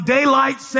Daylight